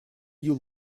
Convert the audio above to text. you